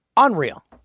Unreal